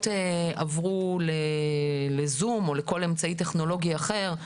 עברו ל-זום או לכל אמצעי טכנולוגי אחר,